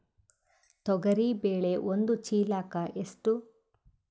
ತೊಗರಿ ಬೇಳೆ ಒಂದು ಚೀಲಕ ಎಷ್ಟು?